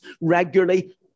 regularly